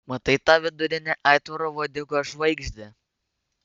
matai tą vidurinę aitvaro uodegos žvaigždę